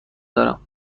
دارم